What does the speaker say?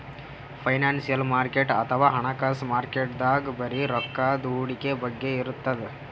financial market ಅಥವಾ ಹಣಕಾಸ್ ಮಾರುಕಟ್ಟೆದಾಗ್ ಬರೀ ರೊಕ್ಕದ್ ಹೂಡಿಕೆ ಬಗ್ಗೆ ಇರ್ತದ್